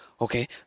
okay